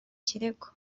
kirego